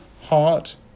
heart